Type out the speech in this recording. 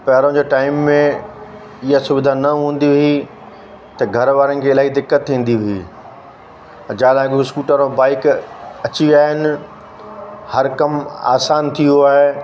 पहिरों जे टाइम में इहो सुविधा न हूंदी हुई त घर वारनि खे इलाही दिक़त थींदी हुई जा लायॻूं स्कूटर और बाइक अची विया आहिनि हर कम आसान थी वियो आहे